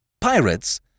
pirates